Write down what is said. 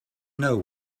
know